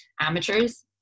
amateurs